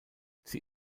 sie